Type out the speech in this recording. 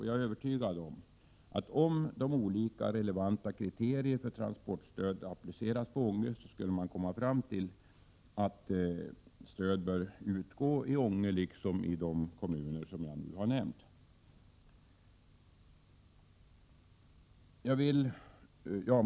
Jag är övertygad om att om de olika relevanta kriterierna för transportstöd applicerades på Ånge, skulle man komma fram till att stöd bör utgå i Ånge liksom i de andra kommuner jag nu har nämnt.